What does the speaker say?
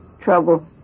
Trouble